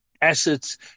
assets